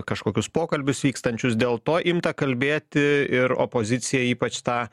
kažkokius pokalbius vykstančius dėl to imta kalbėti ir opozicija ypač tą